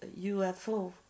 UFO